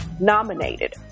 nominated